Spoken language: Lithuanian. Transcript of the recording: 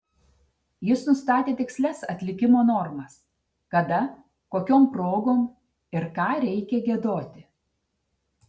jis nustatė tikslias atlikimo normas kada kokiom progom ir ką reikia giedoti